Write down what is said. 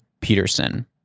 Peterson